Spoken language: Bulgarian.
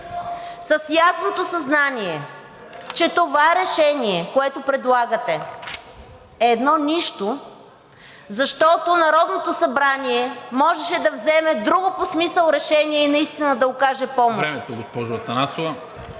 с ясното съзнание, че това решение, което предлагате, е едно нищо, защото Народното събрание можеше да вземе друго по смисъл решение и наистина да окаже помощ...